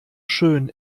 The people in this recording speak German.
schön